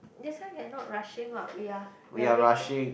that's why we're not rushing what we're we're waiting